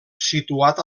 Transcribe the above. situat